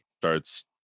starts